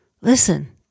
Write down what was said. Listen